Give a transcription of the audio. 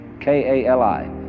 K-A-L-I